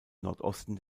nordosten